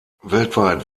weltweit